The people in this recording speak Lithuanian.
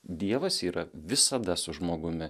dievas yra visada su žmogumi